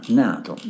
nato